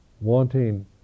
Wanting